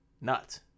nuts